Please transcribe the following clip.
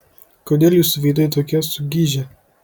kodėl jūsų veidai tokie sugižę